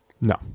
No